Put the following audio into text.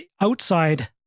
outside